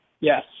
Yes